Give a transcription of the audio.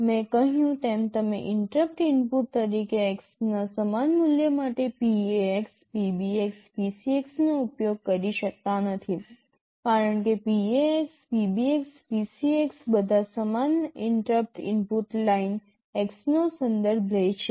મેં કહ્યું તેમ તમે ઇન્ટરપ્ટ ઇનપુટ તરીકે x ના સમાન મૂલ્ય માટે PAx PBx PCx નો ઉપયોગ કરી શકતા નથી કારણ કે PAx PBx PCx બધા સમાન ઇન્ટરપ્ટ ઇનપુટ લાઇન x નો સંદર્ભ લે છે